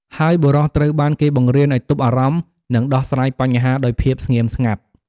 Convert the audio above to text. ហើយបុរសត្រូវបានគេបង្រៀនឱ្យទប់អារម្មណ៍ និងដោះស្រាយបញ្ហាដោយភាពស្ងៀមស្ងាត់។